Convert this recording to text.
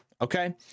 Okay